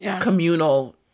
communal